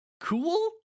cool